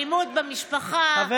אלימות במשפחה,